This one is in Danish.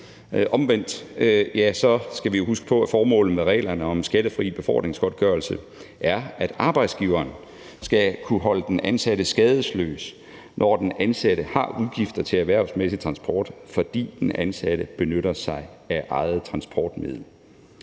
omvendt skal vi jo huske på, at formålet med reglerne om skattefri befordringsgodtgørelse er, at arbejdsgiveren skal kunne holde den ansatte skadesløs, når den ansatte har udgifter til erhvervsmæssig transport, fordi den ansatte benytter sig af eget transportmiddel.